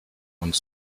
und